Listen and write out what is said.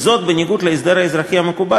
בניגוד להסדר האזרחי הקיים,